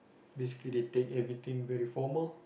basically they take everything very formal